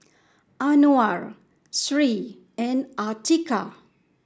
Anuar Sri and Atiqah